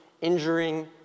injuring